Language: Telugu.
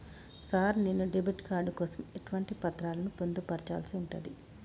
సార్ నేను డెబిట్ కార్డు కోసం ఎటువంటి పత్రాలను పొందుపర్చాల్సి ఉంటది?